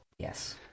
Yes